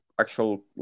actual